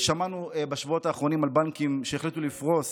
בשבועות האחרונים שמענו על בנקים שהחליטו לפרוס